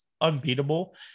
unbeatable